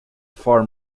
far